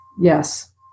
Yes